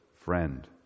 friend